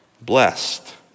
Blessed